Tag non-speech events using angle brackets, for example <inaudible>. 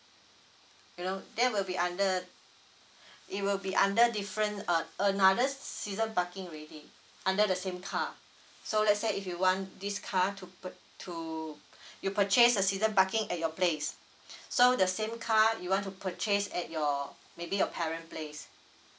you know there will be under <breath> it will be under different uh another season parking already under the same car so let's say if you want this car to pur~ to <breath> you purchase a season parking at your place <breath> so the same car you want to purchase at your maybe your parent place